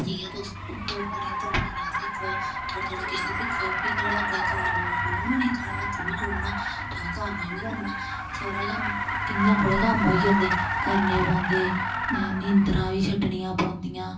जि'यां तुस थोह्ड़ी थोह्ड़ियां तरपाइयां सिक्खो थोह्ड़े थोह्ड़े किश सिक्खो फ्ही थोआढ़ा अग्गें कारोबार खुल्लना न थोआढ़ा हत्थ बी खुल्लना तुसें कम्म बी करना सारा कम्म इ'यां थोह्ड़े कम्म होई जंदे करने पौंदे नींदरां बी छट्टनियां पौंदियां